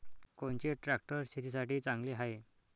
कोनचे ट्रॅक्टर शेतीसाठी चांगले हाये?